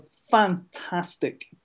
fantastic